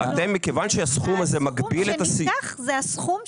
אני רוצה להבין מה בדיוק ביקשת.